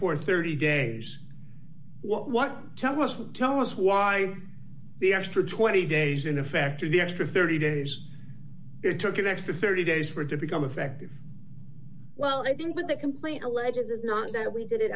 for thirty days what tell us to tell us why the extra twenty days in a factory the extra thirty days it took an extra thirty days for it to become effective well i didn't but the complaint alleges is not that we did it